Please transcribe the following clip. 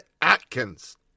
Atkins